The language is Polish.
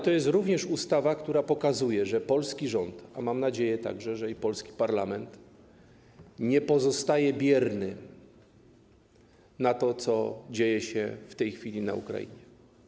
To jest również ustawa, która pokazuje, że polski rząd - a mam także nadzieję, że i polski parlament - nie pozostaje bierny wobec tego, co dzieje się w tej chwili na Ukrainie.